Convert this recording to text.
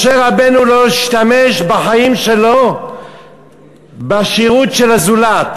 משה רבנו לא השתמש בחיים שלו בשירות של הזולת.